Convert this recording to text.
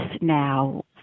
now